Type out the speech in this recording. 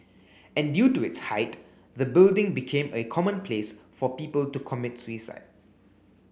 and due to its height the building became a common place for people to commit suicide